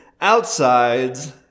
Outsides